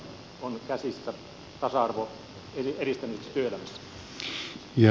arvoisa puhemies